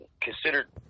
considered